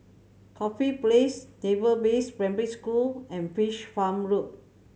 Corfe Place Naval Base Primary School and Fish Farm Road